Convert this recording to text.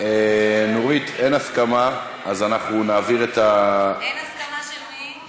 הוועדה המיוחדת לפרשת היעלמם של ילדי תימן,